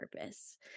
purpose